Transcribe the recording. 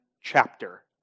chapter